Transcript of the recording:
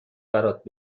برات